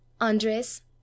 Andres